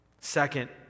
Second